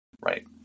right